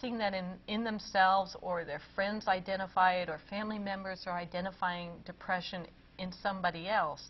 seeing that in in themselves or their friends identified or family members or identifying depression in somebody else